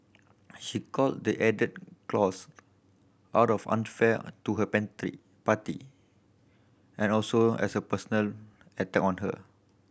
she called the added clause out of unfair to her party and also as a personal attack on her